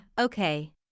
okay